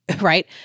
right